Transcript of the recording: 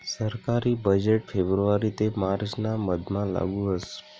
सरकारी बजेट फेब्रुवारी ते मार्च ना मधमा लागू व्हस